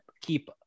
keep